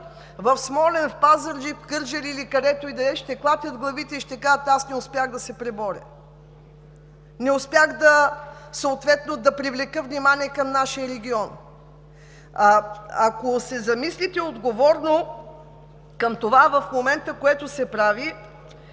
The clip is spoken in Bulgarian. в Смолян, в Пазарджик, в Кърджали или където и да е, ще клатят глави и ще казват: „Аз не успях да се преборя, не успях съответно да привлека внимание към нашия регион.“ Ако се замислите отговорно към това, което в момента се прави,